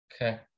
Okay